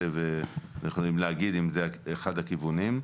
ואנחנו יכולים להגיד אם זה אחד הכיוונים.